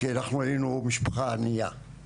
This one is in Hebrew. כי אנחנו היינו משפחה ענייה,